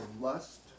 lust